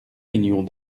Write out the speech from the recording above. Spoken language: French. millions